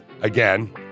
again